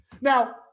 Now